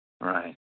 Right